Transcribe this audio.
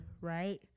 right